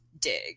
dig